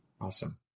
Awesome